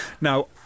Now